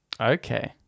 Okay